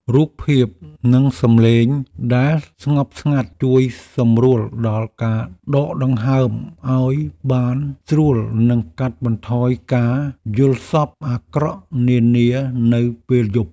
រូបភាពនិងសំឡេងដែលស្ងប់ស្ងាត់ជួយសម្រួលដល់ការដកដង្ហើមឱ្យបានស្រួលនិងកាត់បន្ថយការយល់សប្តិអាក្រក់នានានៅពេលយប់។